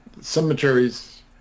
cemeteries